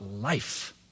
life